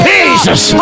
Jesus